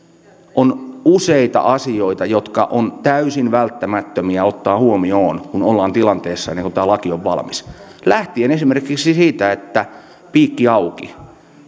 on useita asioita jotka ovat täysin välttämättömiä ottaa huomioon kun ollaan tilanteessa ennen kuin tämä laki on valmis lähtien esimerkiksi siitä että piikki auki